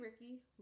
Ricky